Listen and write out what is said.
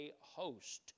host